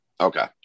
Okay